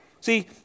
See